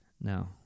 No